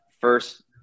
first